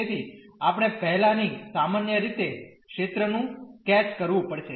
તેથી આપણે પહેલાની સામાન્ય રીતે ક્ષેત્ર નું સ્કેચ કરવું પડશે